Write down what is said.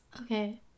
Okay